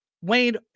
Wayne